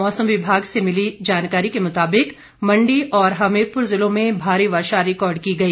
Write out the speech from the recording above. मौसम विभाग से मिली जानकारी के मुताबिक मंडी और हमीरपुर ज़िलों में भारी वर्षा रिकॉर्ड की गई